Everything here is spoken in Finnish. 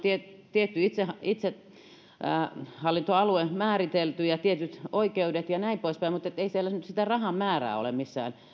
tietty itsehallintoalue määritelty ja tietyt oikeudet ja näin poispäin mutta ei siellä nyt sitä rahan määrää ole missään